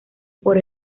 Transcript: por